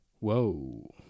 Whoa